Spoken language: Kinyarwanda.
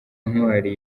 ntwari